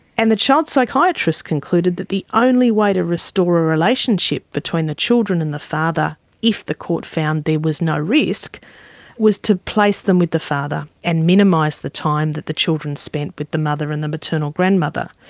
and the child psychiatrist concluded that the only way to restore a relationship between the children and the father if the court found there was no risk was to place them with the father and minimise the time that the children spent with the mother and the maternal grandmother.